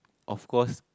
of course